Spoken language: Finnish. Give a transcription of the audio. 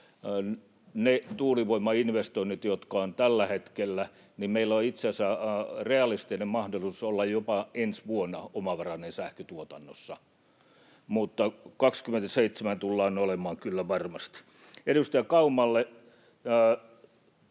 tuulivoimainvestoinnit toteutuvat, niin meillä on itse asiassa realistinen mahdollisuus olla jopa ensi vuonna omavarainen sähköntuotannossa, mutta vuonna 27 tullaan olemaan kyllä varmasti. Edustaja Kaumalle: